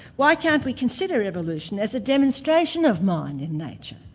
why can't we consider evolution as a demonstration of mind and nature,